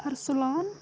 Arslan